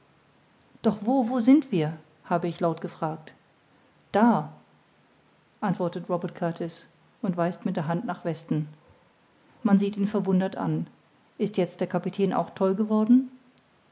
doch wo wo sind wir habe ich laut gefragt da antwortet robert kurtis und weist mit der hand nach westen man sieht ihn verwundert an ist jetzt der kapitän auch toll geworden